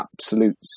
absolute